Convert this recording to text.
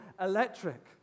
electric